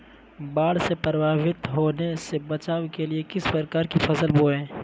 बाढ़ से प्रभावित होने से बचाव के लिए किस प्रकार की फसल बोए?